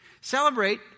Celebrate